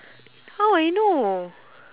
how I know